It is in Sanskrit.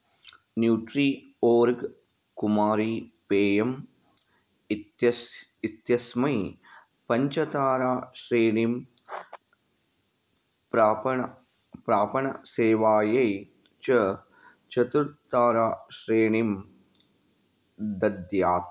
न्यूट्रि ओर्ग् कुमारी पेयम् इत्यस्य इत्यस्मै पञ्चताराश्रेणीं प्रापणे प्रापणसेवायै च चतुर्ताराश्रेणीं दद्यात्